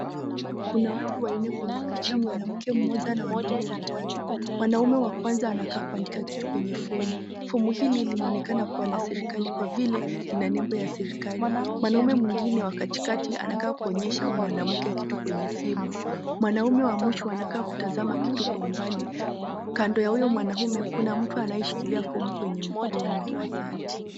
Kuna watu wanne kwenye picha mwanamke mmoja na wanaume watatu, mwanaume wa kwanza anakaa kuandika kitu kwenye fomu , fomu hili linaonekana kuwa la serikali kwa kwa vile lina nembo ya serikali, mwanaume mwingine wa katikati anakaa kuonyesha mwanamke kitu kwenye simu mwanaume wa mwisho anakaa kutazama kitu kwa umbali, kando ya huyo mwanaume kuna mtu ambaye ameshikilia fomu kwenye mkono asati.